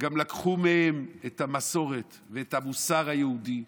גם לקחו מהם את המסורת ואת המוסר היהודי.